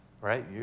right